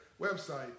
website